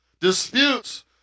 Disputes